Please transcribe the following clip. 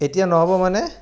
এতিয়া নহ'ব মানে